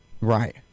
Right